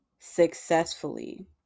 successfully